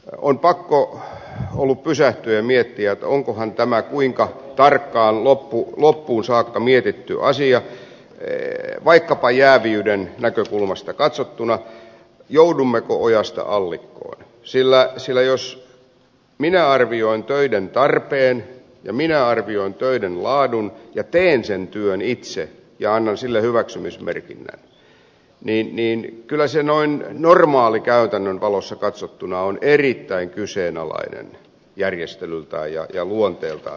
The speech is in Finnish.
on pakko ollut pysähtyä ja miettiä onkohan tämä kuinka tarkkaan loppuun saakka mietitty asia vaikkapa jääviyden näkökulmasta katsottuna joudummeko ojasta allikkoon sillä jos minä arvioin töiden tarpeen ja minä arvioin töiden laadun ja teen sen työn itse ja annan sille hyväksymismerkinnän niin kyllä se noin normaalikäytännön valossa katsottuna on erittäin kyseenalainen järjestelyltään ja luonteeltaan